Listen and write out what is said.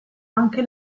anche